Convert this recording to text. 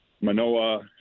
Manoa